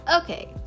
okay